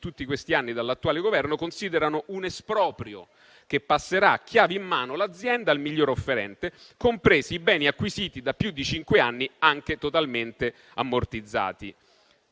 tutti questi anni dall'attuale Governo, considerano un esproprio che passerà, chiavi in mano, l'azienda al miglior offerente, compresi i beni acquisiti da più di cinque anni, anche totalmente ammortizzati.